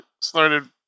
started